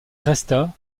resta